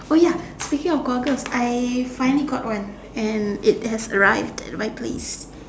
oh ya speaking of goggles I finally got one and it has arrived at my place